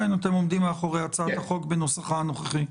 אתם עומדים מאחורי הצעת החוק בנוסחה הנוכחי?